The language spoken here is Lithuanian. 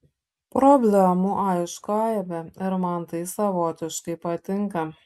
problemų aišku aibė ir man tai savotiškai patinka